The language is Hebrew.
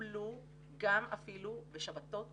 טופלו גם אפילו בשבתות ובחגים,